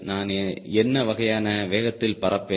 நான் என்ன வகையான வேகத்தில் பறப்பேன்